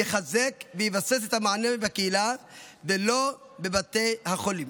יחזק ויבסס את המענה בקהילה ולא בבתי החולים,